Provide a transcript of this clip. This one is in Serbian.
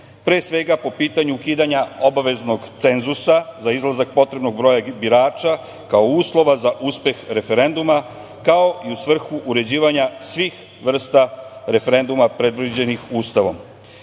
pre svega po pitanju ukidanja obaveznog cenzusa za izlazak potrebnog broja birača, kao uslova za uspeh referenduma, kao i u svrhu uređivanja svih vrsta referenduma predviđenih Ustavom. Rešenja